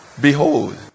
Behold